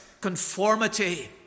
conformity